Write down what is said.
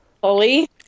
fully